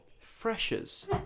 freshers